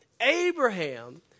Abraham